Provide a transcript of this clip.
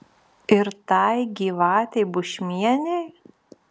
ir tai gyvatei bušmienei